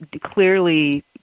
clearly